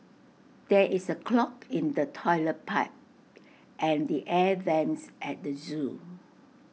there is A clog in the Toilet Pipe and the air Vents at the Zoo